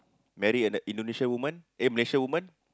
marry an Indonesian woman eh Malaysian woman